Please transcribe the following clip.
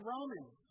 Romans